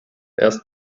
erst